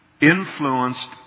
influenced